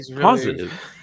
positive